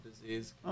disease